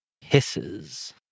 hisses